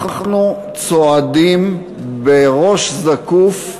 אנחנו צועדים בראש זקוף,